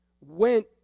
went